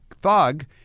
thug